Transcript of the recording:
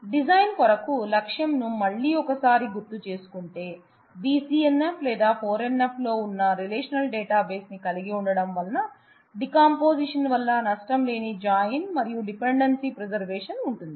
design కొరకు లక్ష్యం ని మళ్లీ ఒక్కసారి గుర్తు చేసుకుంటే BCNF లేదా 4 NFలో ఉన్న రిలేషనల్ డేటాబేస్ ని కలిగి ఉండటం వల్ల డీకంపోజిషన్ వల్ల నష్టం లేని జాయిన్ మరియు డిపెండెన్సీ ప్రిజర్వేషన్ ఉంటుంది